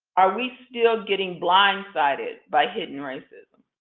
are we still getting blindsided by hidden racism?